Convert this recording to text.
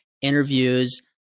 Interviews